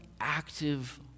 active